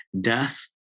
death